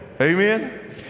Amen